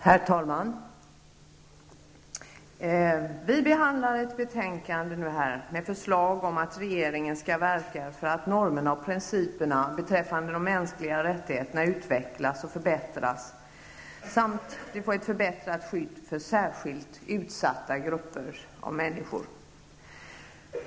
Herr talman! Vi behandlar ett betänkande med förslag om att regeringen skall verka för att normerna och principerna beträffande de mänskliga rättigheterna utvecklas och förbättras samt för att vi skall få ett förbättrat skydd för särskilt utsatta grupper av människor.